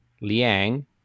Liang